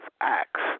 Acts